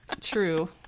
True